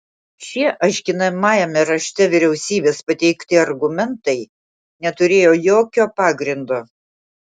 šie aiškinamajame rašte vyriausybės pateikti argumentai neturėjo jokio pagrindo